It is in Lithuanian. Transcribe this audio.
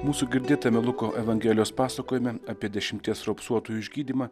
mūsų girdėtame luko evangelijos pasakojime apie dešimties raupsuotojo išgydymą